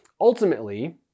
Ultimately